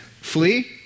flee